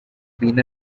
been